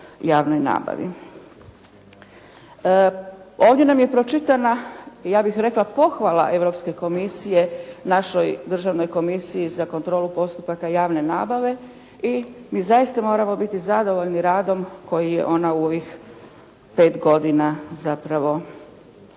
Ovdje nam je pročitana i ja bih rekla pohvala Europske komisije našoj Državnoj komisiji za kontrolu postupaka javne nabave i mi zaista moramo biti zadovoljni radom koji je ona u ovih 5 godina zapravo učinila.